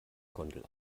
gondel